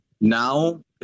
now